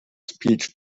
speech